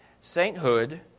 sainthood